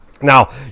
Now